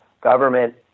government